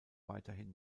weiterhin